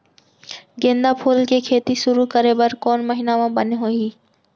गेंदा फूल के खेती शुरू करे बर कौन महीना मा बने होही?